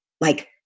Like-